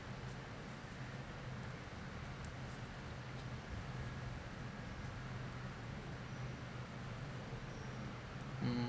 mm